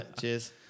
Cheers